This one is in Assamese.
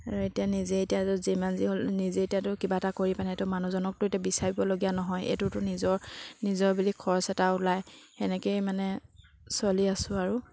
আৰু এতিয়া নিজে এতিয়া যিমান যি হ'ল নিজে এতিয়াটো কিবা এটা কৰি পেলাইতো মানুহজনকতো এতিয়া বিচাৰিবলগীয়া নহয় এইটোতো নিজৰ নিজৰ বুলি খৰচ এটা ওলায় সেনেকৈয়ে মানে চলি আছোঁ আৰু